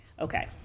Okay